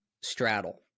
straddle